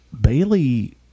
Bailey